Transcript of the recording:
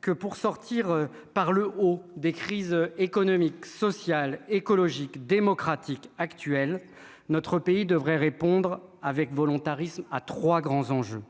que pour sortir par le haut des crises, économique, sociale, écologique, démocratique actuel, notre pays devrait répondre avec volontarisme à 3 grands enjeux,